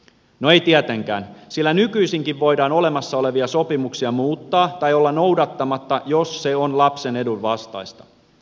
no ei tietenkään sillä nykyisinkin voidaan olemassa olevia sopimuksia muuttaa tai olla noudattamatta jos se on lapsen edun vastaista